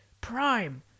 prime